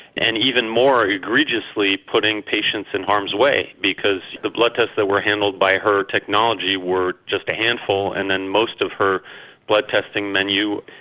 and even more egregiously putting patients in harm's way, because the blood tests that were handled by her technology were just a handful and then most of her blood-testing menu,